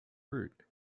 route